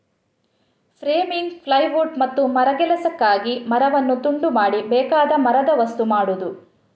framing, plywood ಮತ್ತು ಮರಗೆಲಸಕ್ಕಾಗಿ ಮರವನ್ನು ತುಂಡು ಮಾಡಿ ಬೇಕಾದ ಮರದ ವಸ್ತು ಮಾಡುದು